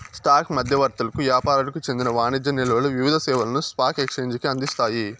stock మధ్యవర్తులకు యాపారులకు చెందిన వాణిజ్య నిల్వలు వివిధ సేవలను స్పాక్ ఎక్సేంజికి అందిస్తాయి